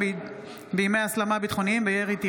מסקנות ועדת החינוך,